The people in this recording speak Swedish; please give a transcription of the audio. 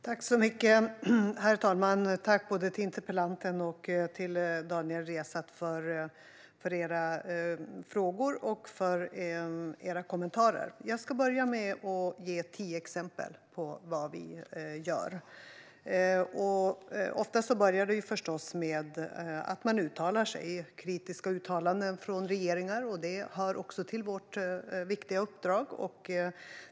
Herr talman! Jag vill tacka både interpellanten och Daniel Riazat för deras frågor och kommentarer. Jag vill börja med att ge tio exempel på vad regeringen och Sverige gör. Ofta börjar det förstås med att man uttalar sig. Det handlar om kritiska uttalanden från regeringar. Också sådant hör till vårt viktiga uppdrag.